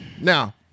now